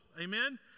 amen